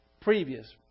previous